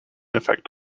effect